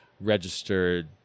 registered